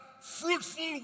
fruitful